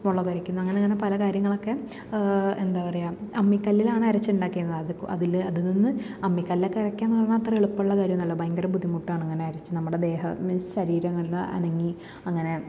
മുളകരക്കുന്നു അങ്ങനങ്ങനെ പല കാര്യങ്ങളക്കെ എന്താ പറയാ അമ്മിക്കല്ലിലാണ് അരച്ചുണ്ടാക്കിയത് അതിൽ അതിൽ നിന്ന് അമ്മിക്കല്ലൊക്കെ അരക്യാന്ന് പറഞ്ഞാൽ അത്ര എളുപ്പമുള്ള കാര്യമൊന്നും അല്ല ഭയങ്കര ബുദ്ധിമുട്ടാണ് അങ്ങനെ അരച്ച് നമ്മുടെ ദേഹം മീൻസ് ശരീരമെല്ലാം അനങ്ങി അങ്ങനെ